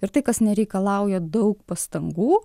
ir tai kas nereikalauja daug pastangų